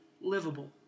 livable